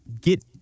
get